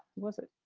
was it?